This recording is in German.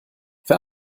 für